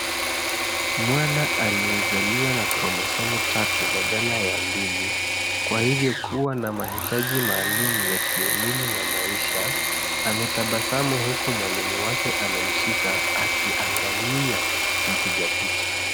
Mwana aliyezaliwa na kromosomu tatu badala ya mbili kwa hivyo kuwa na mahitaji maalum ya kielimu na maisha ametabasamu huku mwalimu wake amemshika akiangalia mpiga picha.